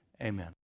Amen